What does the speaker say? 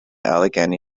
allegheny